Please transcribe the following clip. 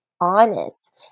honest